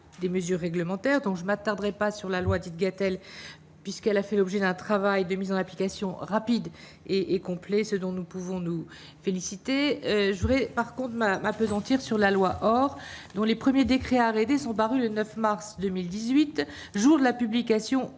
je m'attarderai pas sur la loi dite elle puisqu'elle a fait l'objet d'un travail de mise en application rapide et complet, ce dont nous pouvons nous féliciter, je voudrais pas qu'on ne m'a m'appesantir sur la loi, or, nous les premiers décrets, arrêtés sont parus le 9 mars 2018 jours de la publication